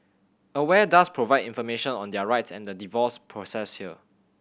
aware does provide information on their rights and the divorce process here